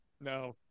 No